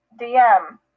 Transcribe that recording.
DM